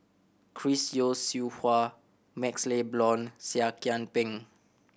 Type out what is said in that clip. Chris Yeo Siew Hua MaxLe Blond Seah Kian Peng